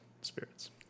spirits